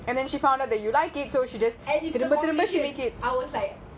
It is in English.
and then she found out that you liked it so she just